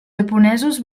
japonesos